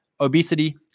obesity